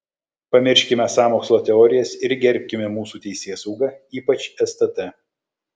pamirškime sąmokslo teorijas ir gerbkime mūsų teisėsaugą ypač stt